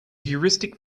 heuristic